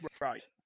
Right